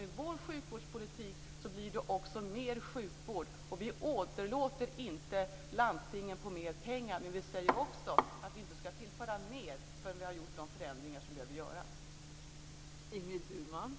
Med vår sjukvårdspolitik blir det också mer sjukvård. Vi åderlåter inte landstingen på mer pengar, men vi säger att vi inte ska tillföra mer förrän vi har gjort de förändringar som behöver göras.